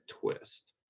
twist